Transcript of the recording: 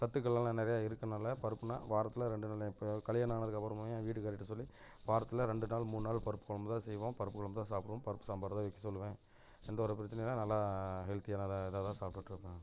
சத்துக்கள்லாம் நிறைய இருக்குன்னால் பருப்புன்னால் வாரத்தில் ரெண்டு நாள் கல்யாணம் ஆனதுக்கப்பறமாக என் வீட்டுக்காரிக்கிட்ட சொல்லி வாரத்தில் ரெண்டு நாள் மூணு நாள் பருப்பு குழம்புதான் செய்வோம் பருப்பு குழம்புதான் சாப்பிடுவோம் பருப்பு சாம்பார்தான் வைக்க சொல்லுவேன் எந்த ஒரு பிரச்சனையும் இல்லை நல்லா ஹெல்த்தியாக நல்லா இதாகதான் சாப்பிட்டுட்ருப்பேன்